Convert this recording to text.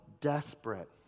desperate